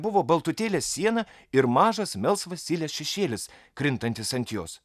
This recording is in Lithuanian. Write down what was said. buvo baltutėlė siena ir mažas melsvas silės šešėlis krintantis ant jos